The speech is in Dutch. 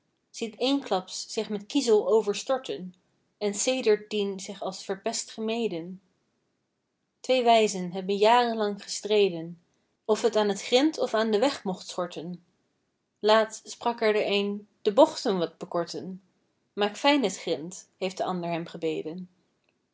ziet eensklaps zich met kiezel overstorten en sedert dien zich als verpest gemeden twee wijzen hebben jarenlang gestreden of t aan het grint of aan den weg mocht schorten laat sprak er de een de bochten wat bekorten maak fijn het grint heeft de ander hem gebeden